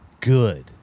Good